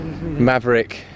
maverick